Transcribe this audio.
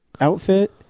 outfit